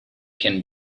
can